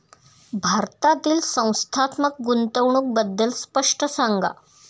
भारतातील संस्थात्मक गुंतवणूक बद्दल स्पष्ट सांगा